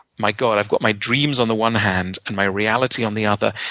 my god, i've got my dreams on the one hand and my reality on the other,